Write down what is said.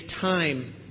time